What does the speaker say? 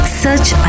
search